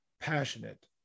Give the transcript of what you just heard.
passionate